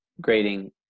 grading